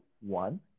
one